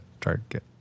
target